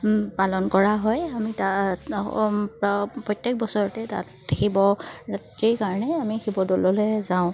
পালন কৰা হয় আমি তাত প্ৰত্যেক বছৰতে তাত শিৱৰাত্ৰিৰ কাৰণে আমি শিৱদ'ললৈ যাওঁ